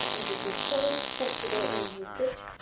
and would be throughly sensible of ill usage,